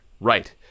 Right